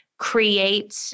create